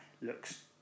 looks